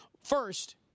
First